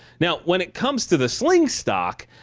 now when it comes to the sling stock,